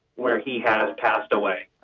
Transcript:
where he had passed away.